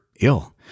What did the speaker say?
ill